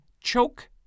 Choke